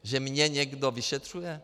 Že mě někdo vyšetřuje?